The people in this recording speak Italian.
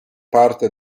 parte